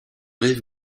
rive